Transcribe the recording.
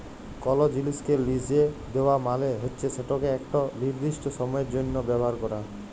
call জিলিসকে লিসে দেওয়া মালে হচ্যে সেটকে একট লিরদিস্ট সময়ের জ্যনহ ব্যাভার ক্যরা